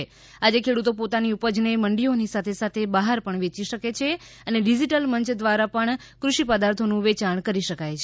તેમણે કહ્યું કે આજે ખેડૂતો પોતાની ઉપજને મંડીઓની સાથેસાથે બહાર પણ વેચી શકે છે અને ડિજીટલ મંચ દ્વારા પણ ફષિ પદાર્થોનું વેચાણ કરી શકાય છે